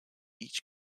each